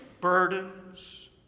burdens